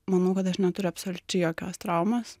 manau kad aš neturiu absoliučiai jokios traumos